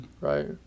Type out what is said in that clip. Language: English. right